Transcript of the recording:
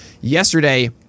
Yesterday